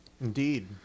Indeed